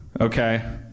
Okay